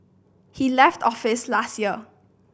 he left office last year